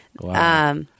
Wow